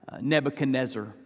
Nebuchadnezzar